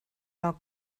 log